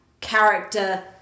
character